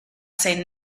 say